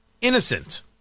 innocent